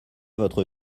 votre